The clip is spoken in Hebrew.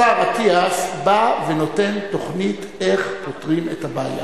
השר אטיאס בא ונותן תוכנית איך פותרים את הבעיה.